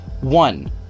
One